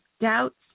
doubts